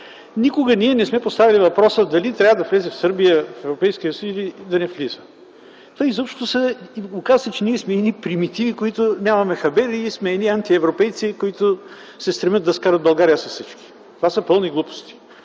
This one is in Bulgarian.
Никога не сме поставяли въпроса дали трябва да влезе Сърбия в Европейския съюз, или да не влиза. Оказа се, че ние сме едни примитиви, които нямаме хабер, и едни антиевропейци, които се стремят да скарат България с всички. Това са пълни глупости.